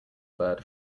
bird